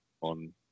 on